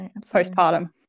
postpartum